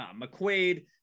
McQuaid